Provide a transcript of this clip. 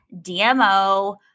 DMO